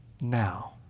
now